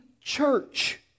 church